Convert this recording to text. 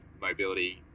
mobility